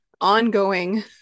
ongoing